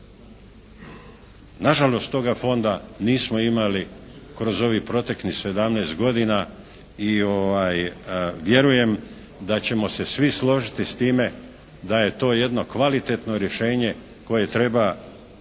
Nažalost toga Fonda nismo imali kroz ovih proteklih 17 godina i vjerujem da ćemo se svi složiti s time da je to jedno kvalitetno rješenje koje treba, zaistinu